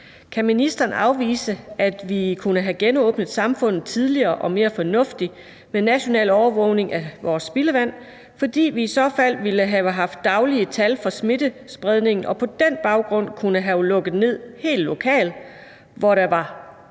Kan ministeren afvise, at vi kunne have genåbnet samfundet tidligere og mere fornuftigt med national overvågning af vores spildevand, fordi vi i så fald ville have haft daglige tal for smittespredningen og på den baggrund kunne have lukket ned helt lokalt, hvor det var